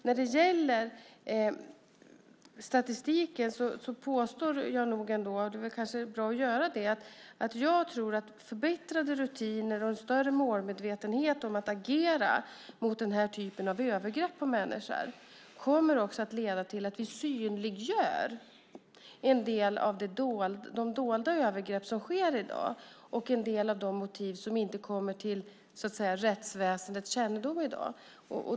När det gäller statistiken påstår jag nog ändå att förbättrade rutiner och en större medvetenhet om att agera mot den här typen av övergrepp på människor kommer att leda till att vi synliggör en del av de dolda övergrepp som sker i dag och en del av de motiv som inte kommer till rättsväsendets kännedom.